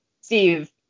Steve